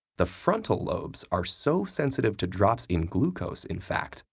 the frontal lobes are so sensitive to drops in glucose, in fact,